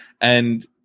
and-